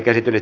asia